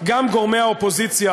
שגם גורמי האופוזיציה